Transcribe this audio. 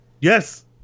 Yes